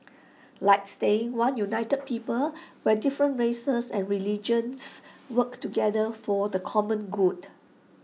like staying one united people where different races and religions work together for the common good